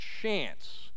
chance